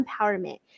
empowerment